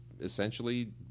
essentially